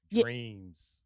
dreams